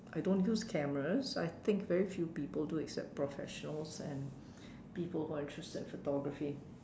I don't use cameras I think very few people do except professionals and people who are interested in photography